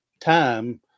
time